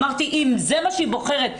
אמרתי שאם זה מה שהיא בוחרת,